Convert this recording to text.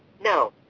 No